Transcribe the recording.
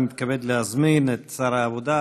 אני מתכבד להזמין את שר העבודה,